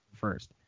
first